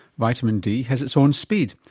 vitamin d has its own speed,